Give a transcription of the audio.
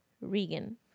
Regan